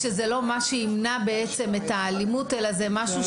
שזה לא מה שימנע את האלימות אלא זה משהו